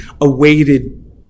awaited